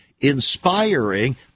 inspiring